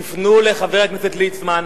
תפנו לחבר הכנסת ליצמן,